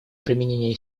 применение